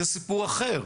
זה סיפור אחר.